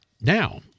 Now